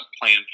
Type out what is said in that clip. plan